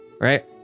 right